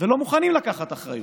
ולא מוכנים לקחת אחריות.